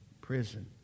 prison